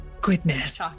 Goodness